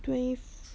对